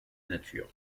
nature